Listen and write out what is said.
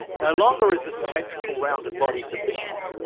no longer is a symmetrical rounded body sufficient.